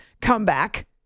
comeback